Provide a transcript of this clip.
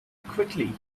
quickly